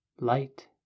light